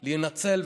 היה להינצל?